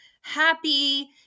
happy